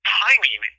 timing